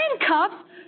Handcuffs